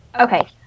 Okay